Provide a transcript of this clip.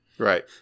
Right